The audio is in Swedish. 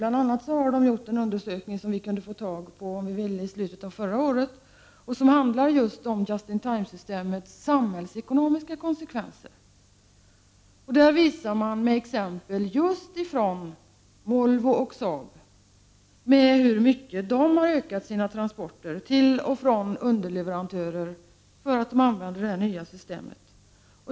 Bl.a. har den genomfört en undersökning, som lades fram i slutet av förra året och som behandlar ”just in time”-systemets samhällsekonomiska konsekvenser. Där visar man med exempel från Volvo och Saab med hur mycket företagen har ökat sina transporter till och från underleverantörer genom användningen av det här nya systemet.